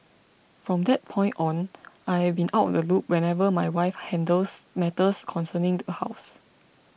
from that point on I have been out of the loop whenever my wife handles matters concerning the house